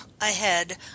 ahead